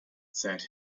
said